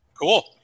Cool